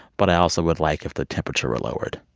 but i also would like if the temperature were lowered?